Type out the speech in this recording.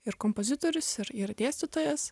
ir kompozitorius ir ir dėstytojas